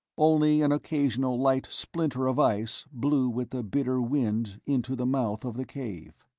only an occasional light splinter of ice blew with the bitter wind into the mouth of the cave.